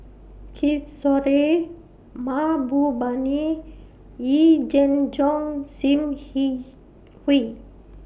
Kishore Mahbubani Yee Jenn Jong SIM He Hui